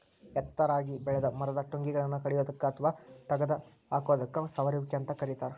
ಎತ್ತರಾಗಿ ಬೆಳೆದ ಮರದ ಟೊಂಗಿಗಳನ್ನ ಕಡಿಯೋದಕ್ಕ ಅತ್ವಾ ತಗದ ಹಾಕೋದಕ್ಕ ಸಮರುವಿಕೆ ಅಂತ ಕರೇತಾರ